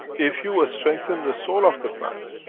if you ah strengthen the soul of the plant,